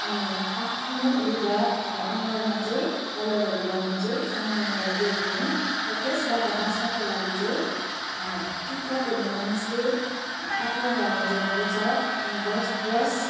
अनि आफ्नो लुगा अथवा अनुहारमा चाहिँ कलरहरू लाउनु चाहिँ सामान्य गल्तीहरू हुन् र त्यसबाट बाँच्नका लागि चाहिँ चित्र कोर्ने मानिसले एप्रोन लगाउनु जरुरी छ अनि बस ब्रस